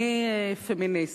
אני פמיניסטית.